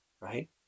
right